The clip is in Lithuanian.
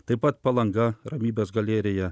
taip pat palanga ramybės galerija